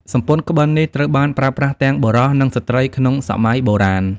សំពត់ក្បិននេះត្រូវបានប្រើប្រាស់ទាំងបុរសនិងស្ត្រីក្នុងសម័យបុរាណ។